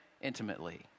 intimately